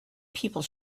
people